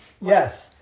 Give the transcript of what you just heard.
yes